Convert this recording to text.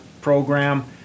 program